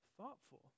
thoughtful